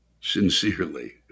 Sincerely